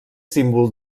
símbol